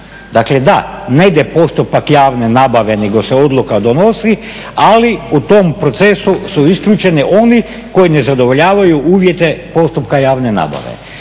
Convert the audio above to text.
Dakle, da, ne ide postupak javne nabave nego se odluka donosi ali u tom procesu su isključeni oni koji ne zadovoljavaju uvjete postupka javne nabave